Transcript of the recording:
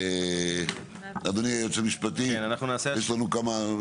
אדוני היועץ המשפטי, יש לנו כמה.